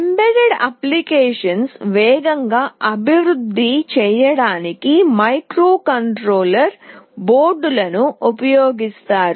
embedded అప్లికేషన్లను వేగంగా అభివృద్ధి చేయడానికి మైక్రోకంట్రోలర్ బోర్డులను ఉపయోగిస్తారు